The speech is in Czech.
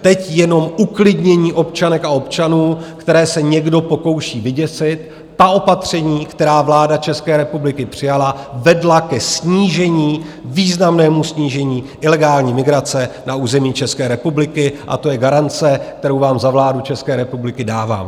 Teď jenom uklidnění občanek a občanů, které se někdo pokouší vyděsit opatření, která vláda České republiky přijala, vedla ke snížení, významnému snížení ilegální migrace na území České republiky, a to je garance, kterou vám za vládu České republiky dávám.